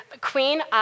Queen